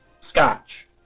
scotch